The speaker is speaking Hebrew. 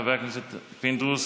חבר הכנסת פינדרוס,